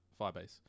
Firebase